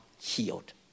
healed